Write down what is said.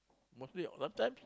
mostly a~ sometimes